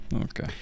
Okay